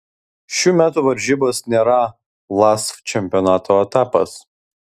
šių metų varžybos nėra lasf čempionato etapas